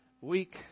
week